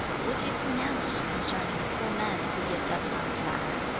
what do you pronounce concerning the poor man who yet does not flatter,